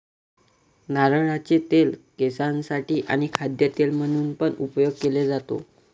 नारळाचे तेल केसांसाठी आणी खाद्य तेल म्हणून पण उपयोग केले जातो